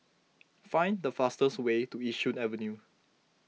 find the fastest way to Yishun Avenue